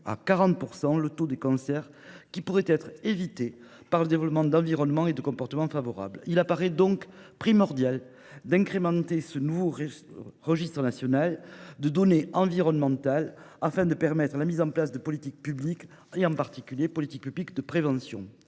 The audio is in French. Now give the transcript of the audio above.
à 40 % le taux de cancers qui pourraient être évités par le développement d'environnements et de comportements favorables. Il paraît donc primordial d'intégrer dans ce nouveau registre national des données environnementales afin de permettre la mise en oeuvre de politiques publiques, en particulier de politiques publiques de prévention.